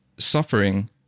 suffering